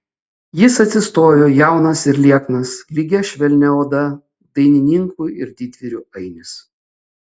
jis atsistojo jaunas ir lieknas lygia švelnia oda dainininkų ir didvyrių ainis